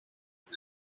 and